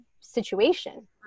situation